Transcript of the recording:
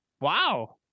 Wow